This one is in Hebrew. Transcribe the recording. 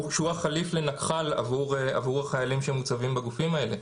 החלופה לנקח"ל עבור החיילים שמוצבים בגופים האלה.